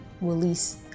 release